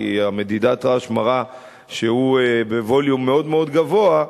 כי מדידת הרעש מראה שהוא בווליום מאוד מאוד גבוה,